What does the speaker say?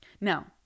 Now